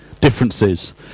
differences